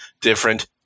different